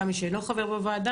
גם מי שלא חבר בוועדה,